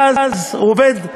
ואז הוא עובד,